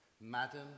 Madam